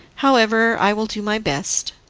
however, i will do my best.